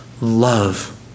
Love